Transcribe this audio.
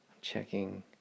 checking